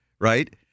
right